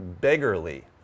beggarly